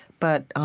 but